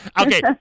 Okay